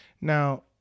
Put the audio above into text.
Now